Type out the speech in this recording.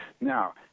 Now